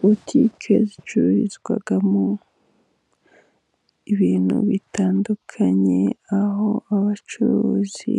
Butike zicururizwamo ibintu bitandukanye, aho abacuruzi